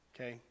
Okay